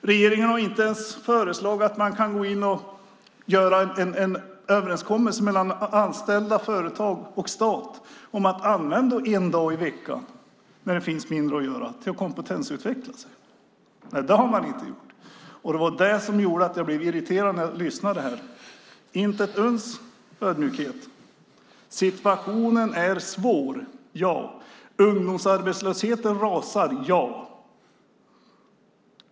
Regeringen har inte ens föreslagit att man kan gå in och göra en överenskommelse mellan anställda, företag och stat om att använda en dag i veckan när det finns mindre att göra för att de anställda ska kunna kompetensutvecklas. Nej, det har man inte gjort. Det var detta som gjorde att jag blev irriterad när jag lyssnade. Det fanns inte ett uns ödmjukhet. Situationen är svår - ja. Ungdomsarbetslösheten rasar - ja.